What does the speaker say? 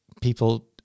people